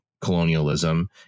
colonialism